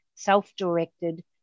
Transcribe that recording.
self-directed